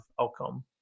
outcome